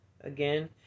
Again